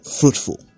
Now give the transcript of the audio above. fruitful